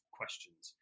questions